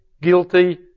guilty